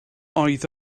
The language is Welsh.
oedd